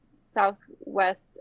southwest